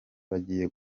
bagiye